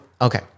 Okay